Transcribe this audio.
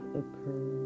occur